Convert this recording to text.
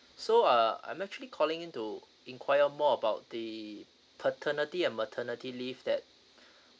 so uh I'm actually calling in to inquire more about the paternity a maternity leave that